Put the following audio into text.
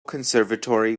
conservatory